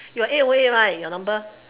your A O right your number